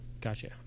Gotcha